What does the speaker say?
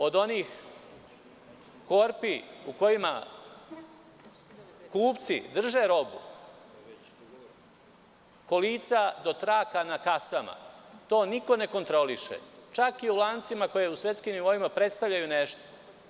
Od onih korpi u kojima kupci drže robu, kolica, do traka na kasama, to niko ne kontroliše, čak i u lancima koji u svetskim nivoima predstavljaju nešto.